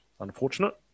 unfortunate